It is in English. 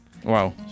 Wow